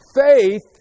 Faith